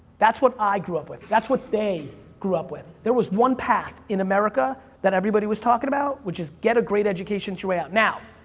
that's what i grew up with. that's what they grew up with. there was one path in america that everybody was talking about, which is get a great education. now,